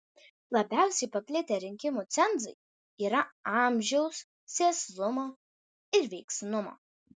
labiausiai paplitę rinkimų cenzai yra amžiaus sėslumo ir veiksnumo